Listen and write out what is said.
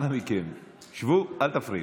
אנא מכם, שבו, אל תפריעו.